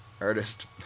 artist